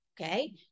okay